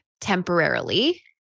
temporarily